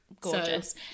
gorgeous